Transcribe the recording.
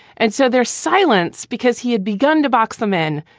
and so there's silence because he had begun to box them in,